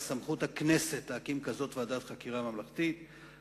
סמכות הכנסת להקים ועדת חקירה ממלכתית כזאת,